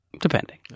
depending